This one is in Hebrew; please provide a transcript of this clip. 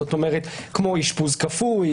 כמו אשפוז כפוי,